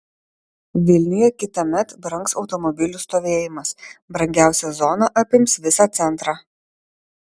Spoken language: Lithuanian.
vilniuje kitąmet brangs automobilių stovėjimas brangiausia zona apims visą centrą